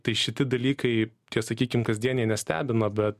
tai šitie dalykai tie sakykim kasdieniai nestebina bet